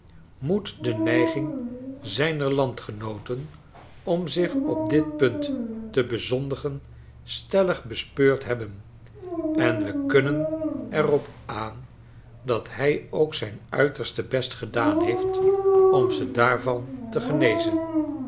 moet de neiging zijner landgenooten om zich op dit punt te bezondigen stellig bespeurd hebben en we kunnen er op aan dat hij ook zijn uiterste best gedaan heeft om ze daarvan te genezen